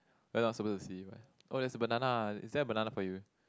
we're not supposed to see oh there's a banana is there a banana for you